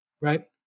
right